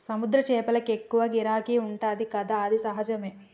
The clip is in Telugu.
సముద్ర చేపలకు ఎక్కువ గిరాకీ ఉంటది కదా అది సహజమే